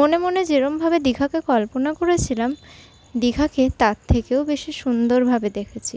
মনে মনে যেরমভাবে দীঘাকে কল্পনা করেছিলাম দীঘাকে তার থেকেও বেশি সুন্দরভাবে দেখেছি